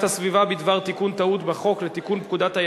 הצעת חוק החברות (תיקון מס' 20) (תנאי כהונה